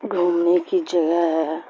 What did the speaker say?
گھومنے کی جگہ ہے